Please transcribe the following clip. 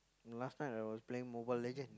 last night I was playing Mobile-Legends